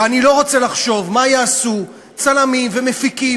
ואני לא רוצה לחשוב מה יעשו צלמים ומפיקים